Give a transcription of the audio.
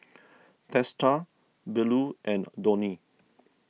Teesta Bellur and Dhoni